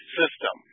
system